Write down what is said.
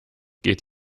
geht